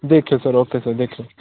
ਦੇਖਿਓ sir okay sir ਦੇਖਿਓ